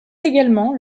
également